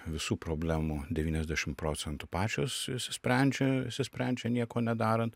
visų problemų devyniasdešim procentų pačios išsisprendžia išsisprendžia nieko nedarant